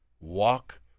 walk